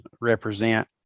represent